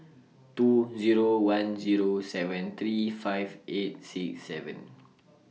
two Zero one Zero seven three five eight six seven